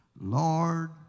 Lord